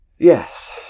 Yes